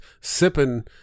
sipping